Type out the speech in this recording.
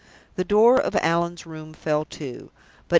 the door of allan's room fell to,